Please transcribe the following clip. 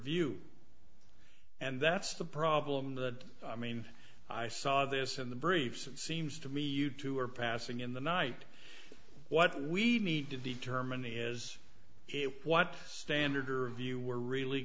view and that's the problem that i mean i saw this in the briefs it seems to me you two are passing in the night what we need to determine is it what standard or view were really